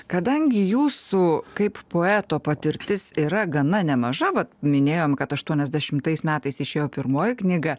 kadangi jūsų kaip poeto patirtis yra gana nemaža vat minėjom kad aštuoniasdešimtais metais išėjo pirmoji knyga